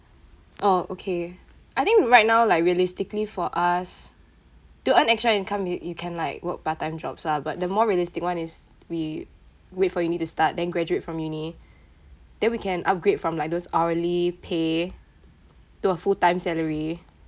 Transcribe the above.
oh okay I think right now like realistically for us to earn extra income y~ you can like work part time jobs lah but the more realistic one is we wait for uni to start then graduate from uni then we can upgrade from like those hourly pay to a full time salary